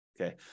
okay